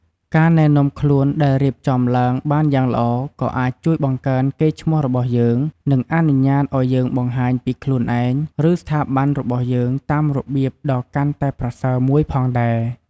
ការណែនាំខ្លួនដែលរៀបចំឡើងបានយ៉ាងល្អក៏អាចជួយបង្កើនកេរ្តិ៍ឈ្មោះរបស់យើង និងអនុញ្ញាតឱ្យយើងបង្ហាញពីខ្លួនឯង ឬស្ថាប័នរបស់យើងតាមរបៀបដ៏កាន់តែប្រសើរមួយផងដែរ។